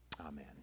Amen